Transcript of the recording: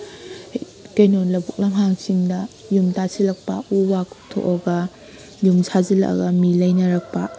ꯍꯥꯏꯕꯗꯤ ꯀꯩꯅꯣ ꯂꯕꯨꯛ ꯂꯝꯍꯥꯡꯁꯤꯡꯗ ꯌꯨꯝ ꯇꯁꯤꯜꯂꯛꯄ ꯎ ꯋꯥ ꯀꯣꯛꯊꯣꯛꯑꯒ ꯌꯨꯝ ꯁꯥꯖꯤꯜꯂꯛꯑꯒ ꯃꯤ ꯂꯩꯅꯔꯛꯄ